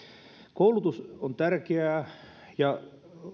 koulutus on tärkeää ja